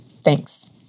Thanks